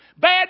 Bad